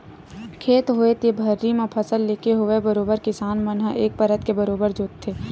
खेत होवय ते भर्री म फसल लेके होवय बरोबर किसान मन ह एक परत के बरोबर जोंतथे